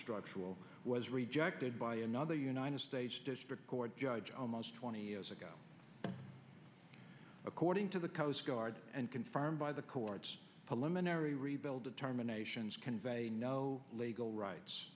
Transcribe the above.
structural was rejected by another united states district court judge almost twenty years ago according to the coast guard and confirmed by the court's parliamentary rebuild determinations conveyed no legal rights